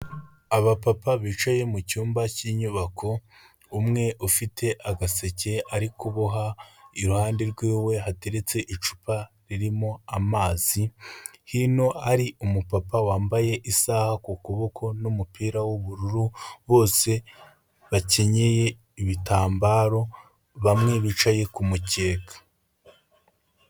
Abapapa bicaye mu cyumba cy'inyubako, umwe ufite agaseke ari kuboha, iruhande rwiwe hateretse icupa ririmo amazi, hino ari umupapa wambaye isaha ku kuboko n'umupira w'ubururu, bose bakenyeye ibitambaro, bamwe bicaye k'umukeka.